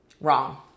Wrong